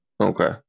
okay